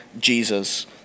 Jesus